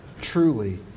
truly